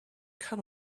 can